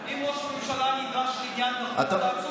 אם ראש הממשלה נדרש לעניין דחוף, תעצרו את הדיון.